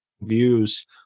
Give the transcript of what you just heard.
views